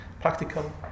practical